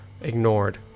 ignored